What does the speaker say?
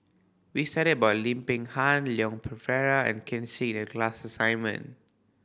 we studied about Lim Peng Han Leon Perera and Ken Seet in the class assignment